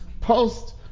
post